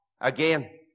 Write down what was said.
again